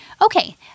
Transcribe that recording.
okay